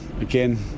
again